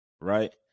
right